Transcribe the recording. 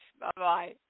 Bye-bye